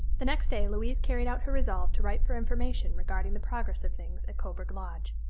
the next day louise carried out her resolve to write for information regarding the progress of things at coburg lodge.